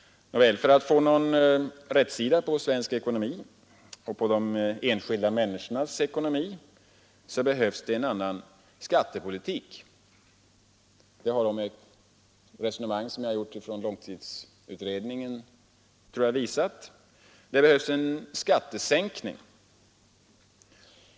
För att få någon rätsida på svensk ekonomi och på de enskilda människornas ekonomi behövs det en annan skattepolitik — det tror jag att mina resonemang med utgångspunkt i långtidsutredningen har visat. Det behövs skattesänkning.